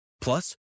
Plus